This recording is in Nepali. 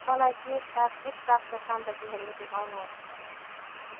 मलाई केकका छुट प्राप्त सामग्रीहरू देखाउनुहोस्